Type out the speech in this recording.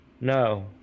No